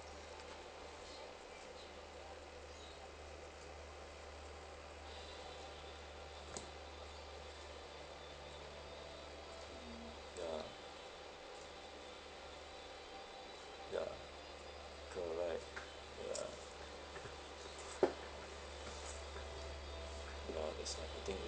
ya ya correct ya you know that's not the thing is